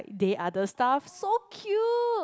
they are the staff so cute